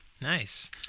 Nice